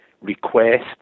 request